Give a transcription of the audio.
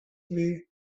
way